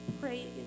pray